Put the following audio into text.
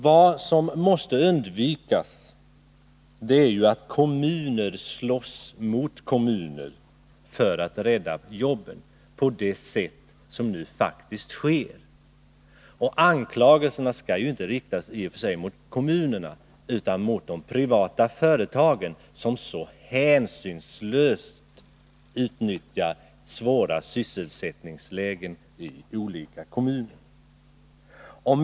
Vad som måste undvikas är att kommuner slåss mot varandra på det sätt som nu faktiskt sker för att rädda jobben. Anklagelserna skall i och för sig inte riktas mot kommunerna utan mot de privata företagen, som så hänsynslöst utnyttjar svåra sysselsättningslägen i olika kommuner.